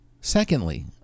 Secondly